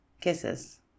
Kisses